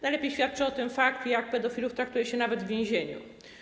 Najlepiej świadczy o tym fakt, jak pedofilów traktuje się nawet w więzieniu.